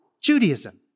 Judaism